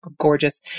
gorgeous